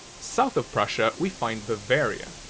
south of prussia, we find bavaria,